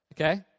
Okay